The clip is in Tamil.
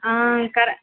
ஆ கர